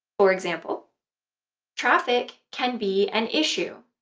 for example traffic can be an issue